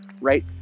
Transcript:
right